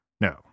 No